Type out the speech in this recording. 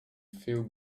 feel